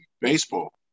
baseball